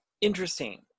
interesting